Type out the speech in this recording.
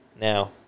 Now